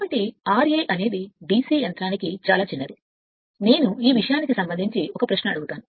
కాబట్టి ra అనేది ra DC యంత్రానికి చాలా చిన్నది నేను ఈ విషయం లో ఒక ప్రశ్న వేశాను